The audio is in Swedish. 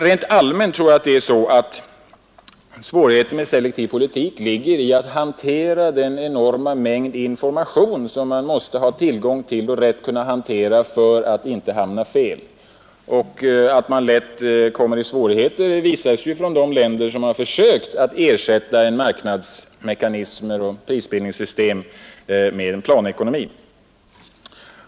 Rent allmänt tror jag det är så att svårigheterna med en selektiv politik ligger i att hantera den enorma mängd information som man måste hantera och ha tillgång till för att inte hamna fel. Att man där lätt kommer i svårigheter har ju visat sig i de länder där man har försökt ersätta en marknadsmekanism och dess prisbildningssystem med en planekonomi.